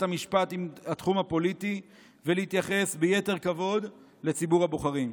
המשפט עם התחום הפוליטי ולהתייחס ביתר כבוד לציבור הבוחרים.